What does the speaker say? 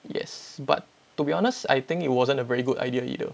yes but to be honest I think it wasn't a very good idea either